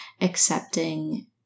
accepting